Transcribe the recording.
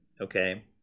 okay